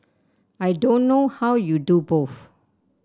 I don't know how you do both